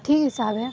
ଠିକ୍ ହିସାବେ